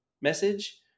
message